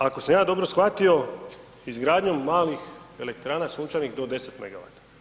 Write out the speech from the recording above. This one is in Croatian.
Ako sam ja dobro shvatio, izgradnjom malih elektrana, sunčanih do 10 megavata.